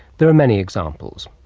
there are many examples.